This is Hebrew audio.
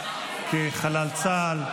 כחלל צה"ל,